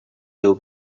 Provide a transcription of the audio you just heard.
teu